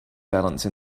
balance